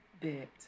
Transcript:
bit